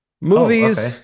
Movies